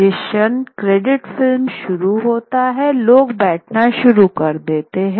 जिस क्षण credit film शुरू करता है लोग बैठना शुरू कर देते हैं